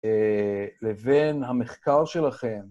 לבין המחקר שלכם